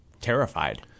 terrified